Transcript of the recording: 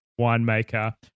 winemaker